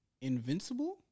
Invincible